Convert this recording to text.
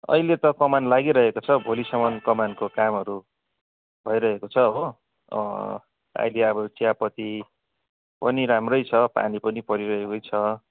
अहिले त कमान लागिरहेको छ भोलिसम्मन् कमानको कामहरू भइरहेको छ हो अहिले अब चियापत्ती पनि राम्रै छ पानी पनि परिरहेकै छ